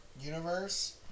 universe